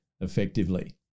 effectively